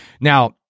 Now